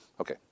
Okay